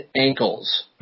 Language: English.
ankles